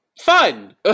fun